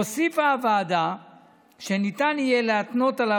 הוסיפה הוועדה שניתן יהיה להתנות עליו